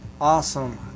Awesome